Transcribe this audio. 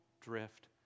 drift